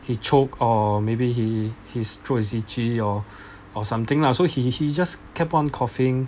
he choked or maybe he his throat is itchy or or something lah so he he just kept on coughing